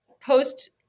Post